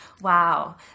Wow